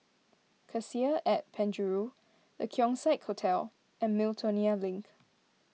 Cassia at Penjuru the Keong Saik Hotel and Miltonia Link